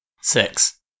Six